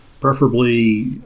preferably